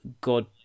God